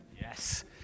Yes